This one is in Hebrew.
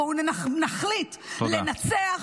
בואו נחליט לנצח,